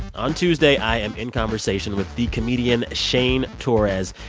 on tuesday, i am in conversation with the comedian shane torres.